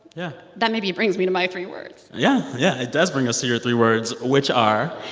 yeah. that maybe brings me to my three words yeah, yeah, it does bring us to your three words, which are?